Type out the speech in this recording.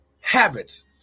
habits